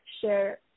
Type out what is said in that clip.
share